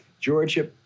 Georgia